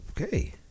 Okay